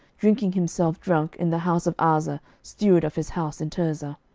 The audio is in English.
drinking himself drunk in the house of arza steward of his house in tirzah.